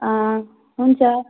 हुन्छ